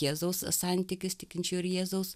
jėzaus santykis tikinčiųjų ir jėzaus